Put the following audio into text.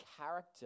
character